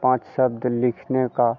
पाँच शब्द लिखने का